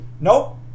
Nope